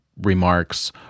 remarks